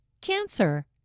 Cancer